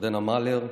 ירדנה מלר,